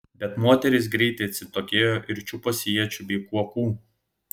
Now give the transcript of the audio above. bet moterys greitai atsitokėjo ir čiuposi iečių bei kuokų